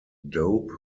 dope